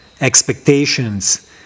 expectations